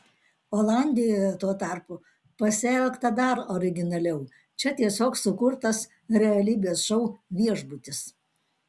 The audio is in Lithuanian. olandijoje tuo tarpu pasielgta dar originaliau čia tiesiog sukurtas realybės šou viešbutis